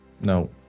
No